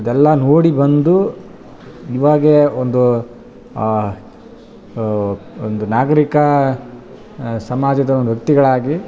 ಅದೆಲ್ಲ ನೋಡಿ ಬಂದು ಇವಾಗೇ ಒಂದು ಒಂದು ನಾಗರಿಕಾ ಸಮಾಜದ ಒಂದು ವ್ಯಕ್ತಿಗಳಾಗಿ